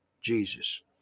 Jesus